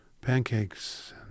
pancakes